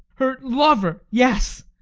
her lover, yes!